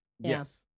Yes